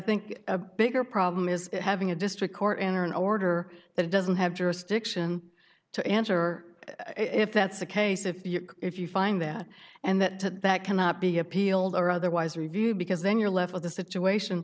think a bigger problem is having a district court enter an order that doesn't have jurisdiction to answer if that's the case if you if you find that and that that cannot be appealed or otherwise reviewed because then you're left with a situation